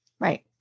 Right